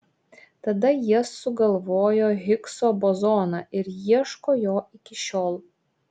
tada jie sugalvojo higso bozoną ir ieško jo iki šiol